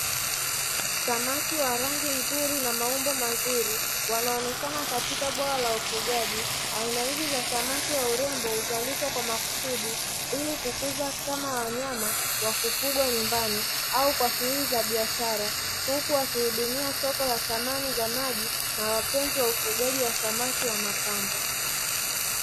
Samaki wa rangi nzuri na maumbo mazuri wanaonekana katika bwawa la ufugaji, aina hizi za samaki wa urembo huzalishwa kwa makusudi ili kukuza kama wanyama wa kufugwa nyumbani au kwa shughuli za biashara, huku wakihudumia soko la thamani za maji na wapenzi wa ufugaji wa samaki wa mapambo.